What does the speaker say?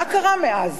מה קרה מאז?